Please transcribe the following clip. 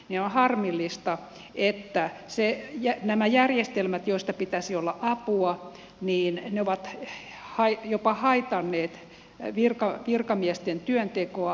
on harmillista että nämä järjestelmät joista pitäisi olla apua ovat jopa haitanneet virkamiesten työntekoa